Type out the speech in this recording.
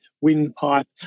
windpipe